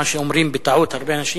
מה שאומרים בטעות הרבה אנשים,